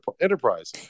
enterprise